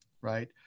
right